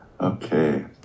Okay